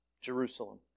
Jerusalem